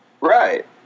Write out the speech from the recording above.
Right